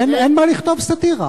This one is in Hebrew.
אין מה לכתוב סאטירה.